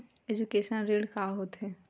Education ऋण का होथे?